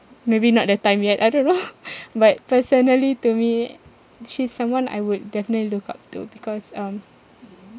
maybe not the time yet I don't know but personally to me she's someone I would definitely look up to because um